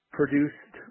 produced